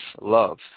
love